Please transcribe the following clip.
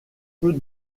peu